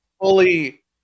Fully